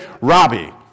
Robbie